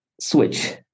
switch